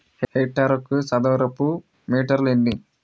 హెక్టారుకు చదరపు మీటర్లు ఎన్ని?